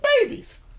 Babies